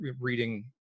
reading